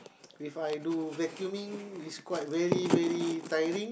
if I do vacuuming is quite very very tiring